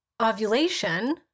ovulation